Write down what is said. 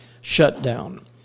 shutdown